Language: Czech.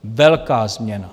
Velká změna.